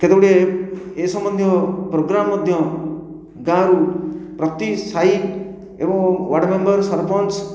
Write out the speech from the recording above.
କେତେ ଗୁଡ଼ିଏ ଏ ସମ୍ବନ୍ଧିୟ ପ୍ରୋଗ୍ରାମ ମଧ୍ୟ ଗାଁରୁ ପ୍ରତି ସାହି ଏବଂ ୱାର୍ଡ଼ ମେମ୍ବର ସରପଞ୍ଚ